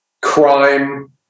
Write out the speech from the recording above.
crime